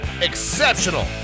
exceptional